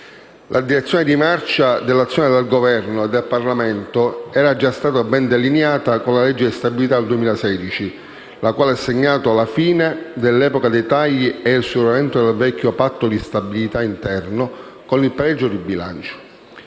La direzione di marcia dell'azione del Governo e del Parlamento era già stata ben delineata con la legge di stabilità 2016, la quale ha segnato la fine dell'epoca dei tagli e il superamento del vecchio Patto di stabilità interno con il pareggio di bilancio.